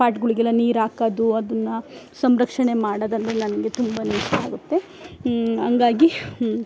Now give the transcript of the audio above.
ಪಾಟ್ಗಳಿಗೆಲ್ಲ ನೀರು ಹಾಕೋದು ಅದನ್ನ ಸಂರಕ್ಷಣೆ ಮಾಡೋದಂದ್ರೆ ನನಗೆ ತುಂಬಾ ಇಷ್ಟ ಆಗುತ್ತೆ ಹಂಗಾಗಿ